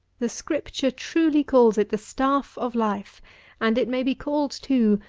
the scripture truly calls it the staff of life and it may be called, too,